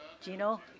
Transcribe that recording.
Gino